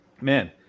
man